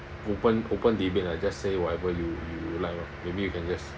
open open debate lah just say whatever you you like lor maybe you can just